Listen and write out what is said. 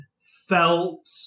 felt